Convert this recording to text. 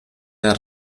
der